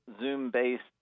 Zoom-based